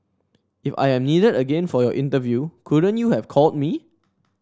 if I am needed again for your interview couldn't you have called me